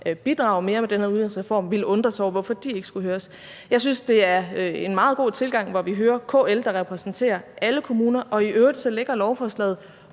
bidrager mere med den her udligningsreform, ville undre sig over, hvorfor de ikke skulle høres. Jeg synes, det er en meget god tilgang, at vi hører KL, der repræsenterer alle kommuner, og i øvrigt lægger lovforslaget